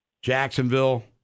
Jacksonville